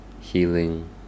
healing